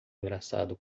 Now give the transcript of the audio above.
engraçado